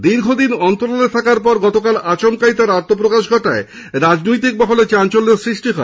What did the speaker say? দীর্ঘদিন অন্তরালে থাকার পর গতকাল আচমকা তার আত্ম প্রকাশ ঘটায় রাজনৈতিক মহলে চাঞ্চল্য সৃষ্টি হয়